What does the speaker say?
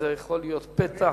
זה יכול להיות פתח,